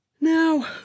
now